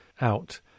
out